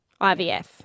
IVF